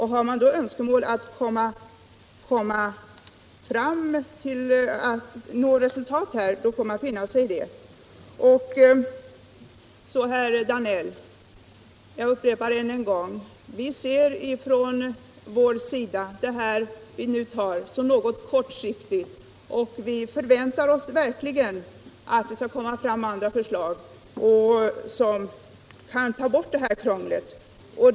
Har man då önskemålet att nå resultat, får man lov att acceptera problemen. Jag upprepar än en gång, herr Danell, att vi ser detta förslag såsom något kortsiktigt. Vi förväntar oss verkligen att andra förslag skall komma fram, som kan ta bort detta krångel.